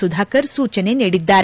ಸುಧಾಕರ್ ಸೂಚನೆ ನೀಡಿದ್ದಾರೆ